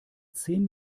zehn